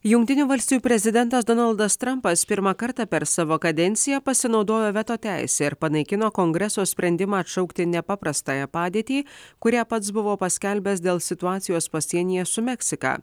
jungtinių valstijų prezidentas donaldas trampas pirmą kartą per savo kadenciją pasinaudojo veto teise ir panaikino kongreso sprendimą atšaukti nepaprastąją padėtį kurią pats buvo paskelbęs dėl situacijos pasienyje su meksika